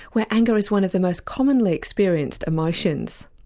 where anger is one of the most commonly experienced emotions.